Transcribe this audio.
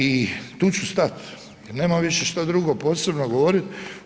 I tu ću stati jer nemam više šta drugo posebno govoriti.